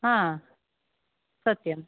हा सत्यम्